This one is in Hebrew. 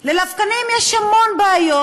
ללבקנים יש המון בעיות.